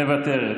מוותרת,